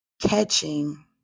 catching